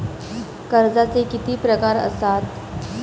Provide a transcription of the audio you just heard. कर्जाचे किती प्रकार असात?